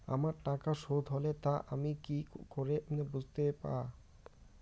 আমার টাকা শোধ হলে তা আমি কি করে বুঝতে পা?